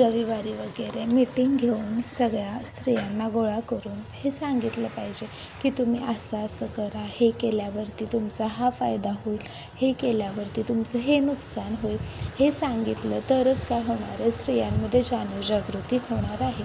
रविवारी वगैरे मीटिंग घेऊन सगळ्या स्त्रियांना गोळा करून हे सांगितलं पाहिजे की तुम्ही असं असं करा हे केल्यावरती तुमचा हा फायदा होईल हे केल्यावरती तुमचं हे नुकसान होईल हे सांगितलं तरच काय होणार आहे स्त्रियांमध्ये जाणीवजागृती होणार आहे